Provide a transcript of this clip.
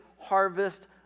harvest